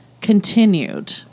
continued